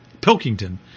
Pilkington